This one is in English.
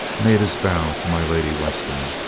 made his bow to my lady weston.